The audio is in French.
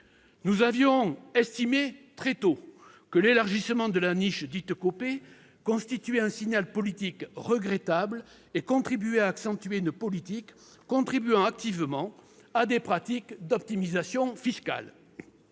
Nous avons estimé très tôt que l'élargissement de la « niche Copé » constituait un signal politique regrettable et accentuait une politique contribuant activement à des pratiques d'optimisation fiscale.